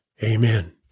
Amen